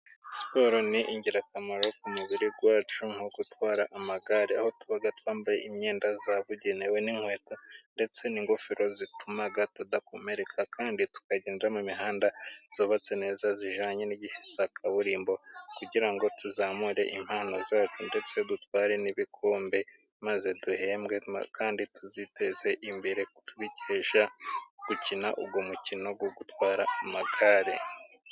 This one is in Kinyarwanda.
Siporo ni ingirakamaro ku mubiri wacu, nko gutwara amagare aho tuba twambaye imyenda yabugenewe ,n'inkweto, ndetse n'ingofero zituma tudakomereka, kandi tukagenda mu mihanda yubatse neza ijyanye n'igihe, za kaburimbo kugira ngo tuzamure impano zacu, ndetse dutware n'ibikombe maze duhembwe, kandi tuziteze imbere tubikesha gukina uwo mukino wo gutwara amagare.